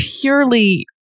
purely